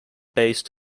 based